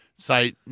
say